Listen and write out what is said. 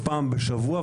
פעם בשבוע,